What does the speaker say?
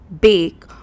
bake